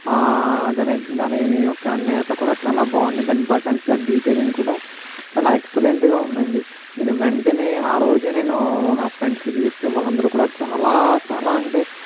ఆ దాని దాని యొక్క నేత కూడా చాలా బాగుంది దాని బటన్స్ దాని డీటయిలింగ్ కూడా చాలా ఎక్స్లైంట్గా ఉందండి నేను వెంటనే ఆ రోజు నేను నా ఫ్రెండ్స్కి చూపిస్తే వాళ్ళందరు కూడా చాలా చాలా అంటే